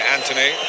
Anthony